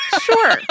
Sure